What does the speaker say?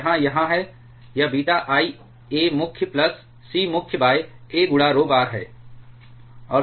यह यहाँ है यह बीटा I A मुख्य प्लस C मुख्य a rho बार है